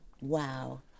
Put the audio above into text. Wow